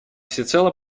всецело